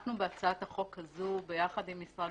אנחנו בהצעת החוק הזאת, יחד עם משרד